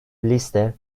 liste